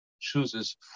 chooses